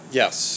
yes